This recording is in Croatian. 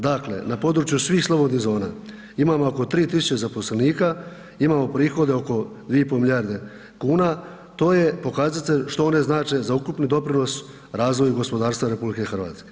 Dakle, na području svih slobodnih zona, imamo oko 3000 zaposlenika, imamo prihode oko 2,5 milijarde, to je pokazatelj što one znače za ukupni doprinos razviju gospodarstva RH.